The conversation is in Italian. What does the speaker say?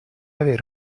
aver